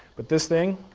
but this thing,